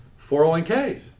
401Ks